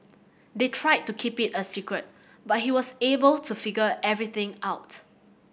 they tried to keep it a secret but he was able to figure everything out